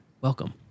Welcome